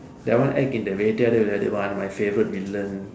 that one act in Vettaiyaadu Vilaiyaadu vilaiyaadu one my favourite villain